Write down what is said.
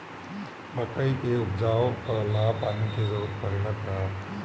मकई के उपजाव ला पानी के जरूरत परेला का?